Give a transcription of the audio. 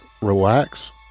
relax